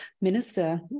minister